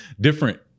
Different